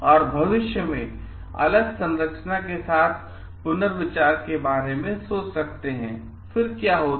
और भविष्य में वे अलग संरचना के साथ पुनर्विचार के बारे में सोच सकते हैं फिर क्या होता